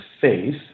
faith